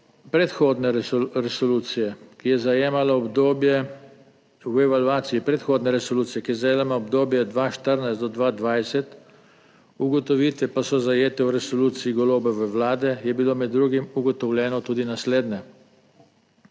predhodne resolucije, ki je zajemala obdobje, v evalvaciji predhodne resolucije, ki je zajemala obdobje 2014 do 2020, ugotovitve pa so zajete v resoluciji Golobove vlade, je bilo med drugim ugotovljeno tudi naslednje: